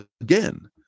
again